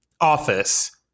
office